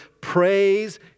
Praise